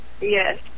Yes